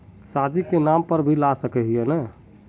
शादी के नाम पर भी ला सके है नय?